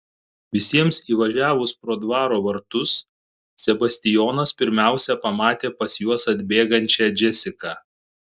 visiems įvažiavus pro dvaro vartus sebastijonas pirmiausia pamatė pas juos atbėgančią džesiką